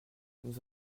nous